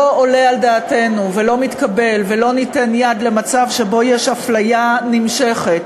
לא עולה על דעתנו ולא מתקבל ולא ניתן יד למצב שבו יש אפליה נמשכת,